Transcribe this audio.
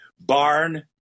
barn